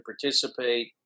participate